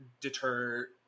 deter